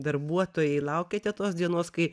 darbuotojai laukiate tos dienos kai